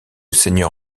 seigneur